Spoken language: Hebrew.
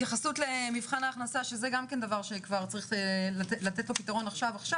התייחסות למבחן ההכנסה שזה גם כן דבר שכבר צריך לתת לו פתרון עכשיו.